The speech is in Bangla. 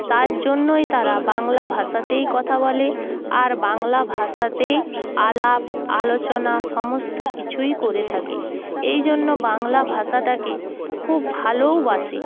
তার জন্যই তারা বাংলা ভাষাতেই কথা বলে আর বাংলা ভাষাতেই আলাপ আলোচনা সমস্ত কিছুই করে থাকে এই জন্য বাংলা ভাষাটাকে খুব ভালোওবাসে